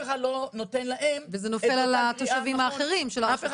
אחד לא נותן להם --- וזה נופל על התושבים האחרים של הרשות החלשה.